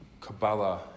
Kabbalah